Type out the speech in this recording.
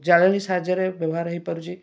ଜାଳେଣୀ ସାହାଯ୍ୟରେ ବ୍ୟବହାର ହୋଇପାରୁଛି